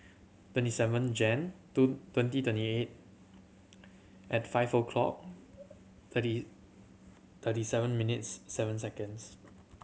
twenty seven Jan twenty twenty eight at five o'clock thirty thirty seven minutes seven seconds